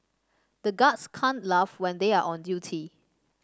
the guards can't laugh when they are on duty